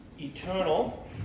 eternal